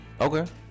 Okay